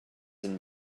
and